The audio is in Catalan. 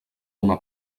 una